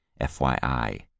FYI